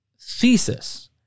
thesis